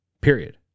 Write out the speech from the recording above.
period